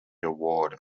award